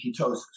ketosis